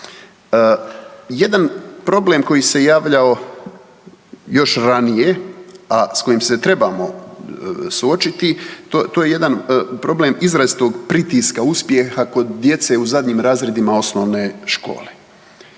Jedan problem koji se javljao još ranije, a s kojim se trebamo suočiti to je jedan problem izrazitog pritiska, uspjeha kod djece u zadnjim razredima osnovne škole,